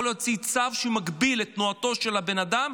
להוציא צו שמגביל את תנועתו של הבן אדם,